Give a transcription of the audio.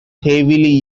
heavily